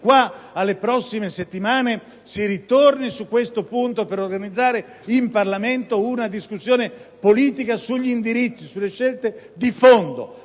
qua alle prossime settimane si ritorni su questo punto per organizzare in Parlamento una discussione politica sugli indirizzi, sulle scelte di fondo,